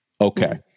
Okay